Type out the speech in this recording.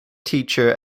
teacher